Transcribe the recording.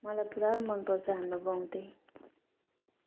मलाई पुरा मनपर्छ हाम्रो गाउँ चाहिँ